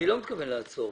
אני לא מתכוון לעצור